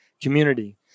community